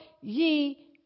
ye